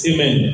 Amen